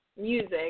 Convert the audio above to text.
Music